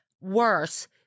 worse